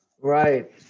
Right